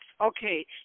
Okay